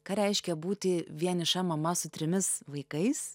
ką reiškia būti vieniša mama su trimis vaikais